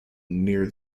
near